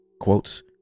Quotes